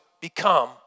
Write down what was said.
become